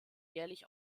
jährlich